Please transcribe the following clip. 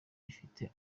bafite